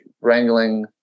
wrangling